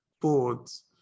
boards